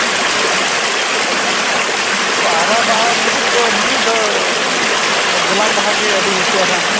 ᱟᱨᱟᱜ ᱵᱟᱦᱟ ᱢᱩᱫ ᱨᱮᱫᱚ ᱱᱤᱛᱳᱜ ᱫᱚ ᱜᱳᱞᱟᱯ ᱵᱟᱦᱟ ᱜᱮ ᱟᱹᱰᱤ ᱪᱮᱦᱨᱟ ᱦᱟᱸᱜ